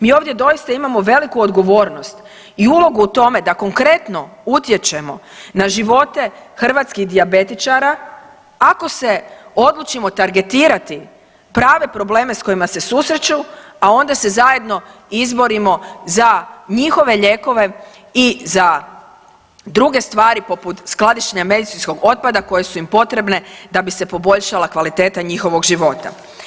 Mi ovdje doista imamo veliku odgovornost i ulogu u tome da konkretno utječemo na živote hrvatskih dijabetičara ako se odlučimo targetirati prave probleme sa kojima se susreću, a onda se zajedno izborimo za njihove lijekove i za druge stvari poput skladište medicinskog otpada koje su im potrebne da bi se poboljšala kvaliteta njihovog života.